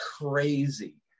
crazy